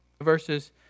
verses